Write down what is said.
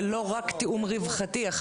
ולא רק תיאום רווחתי.